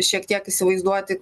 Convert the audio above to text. šiek tiek įsivaizduoti